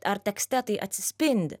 ar tekste tai atsispindi